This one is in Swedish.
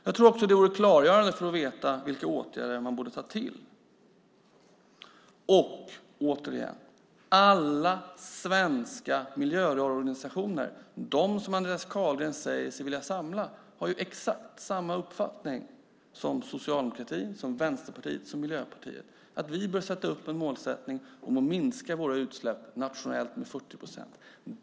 Jag tror också att det vore klargörande för att veta vilka åtgärder man borde ta till. Återigen: Alla svenska miljöorganisationer - dem som Andreas Carlgren säger sig vilja samla - har exakt samma uppfattning som Socialdemokraterna, Vänsterpartiet och Miljöpartiet: att vi bör sätta upp målet att våra utsläpp nationellt ska minska med 40 procent.